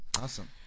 Awesome